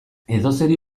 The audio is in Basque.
edozeri